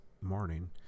morning